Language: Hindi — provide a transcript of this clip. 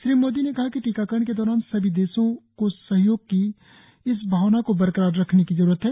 श्री मोदी ने कहा कि टीकाकरण के दौरान सभी देशों को सहयोग की इस भावना को बरकरार रखने की जरूरत है